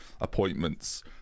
appointments